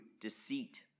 deceit